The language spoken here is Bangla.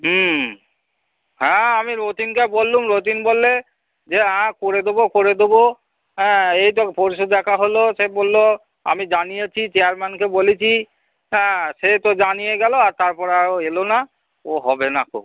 হুম হ্যাঁ আমি রথীনকে বললুম রথীন বললে যে হ্যাঁ করে দোবো করে দোবো হ্যাঁ এই তো পরশু দেখা হলো সে বললো আমি জানিয়েছি চেয়ারম্যানকে বলিচি হ্যাঁ সে তো জানিয়ে গেল আর তারপরে আর ও এলো না ও হবে নাকো